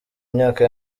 myaka